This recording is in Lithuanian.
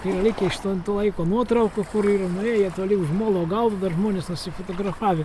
yra likę iš ten to laiko nuotraukų kur yra nuėję toli už molo galo dar žmonės nusifotografavę